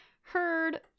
heard